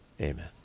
amen